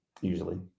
usually